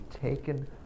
taken